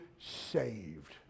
saved